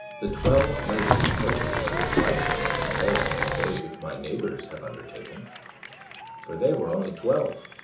the twelve labors of hercules were trifling in comparison with those which my neighbors have undertaken for they were only twelve,